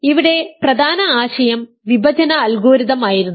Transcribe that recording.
ഇവിടെ പ്രധാന ആശയം വിഭജന അൽഗോരിതം ആയിരുന്നു